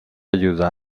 ayuda